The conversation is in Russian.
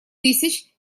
тысяч